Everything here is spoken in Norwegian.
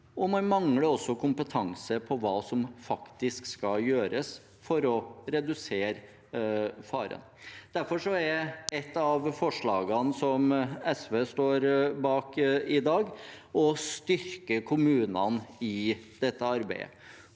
men de mangler også kompetanse på hva som faktisk må gjøres for å redusere faren. Derfor er et av forslagene som SV står bak i dag, å styrke kommunene i dette arbeidet.